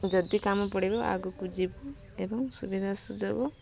ଯଦି କାମ ପଡ଼ିବ ଆଗକୁ ଯିବୁ ଏବଂ ସୁବିଧା ସୁଯୋଗ